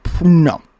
no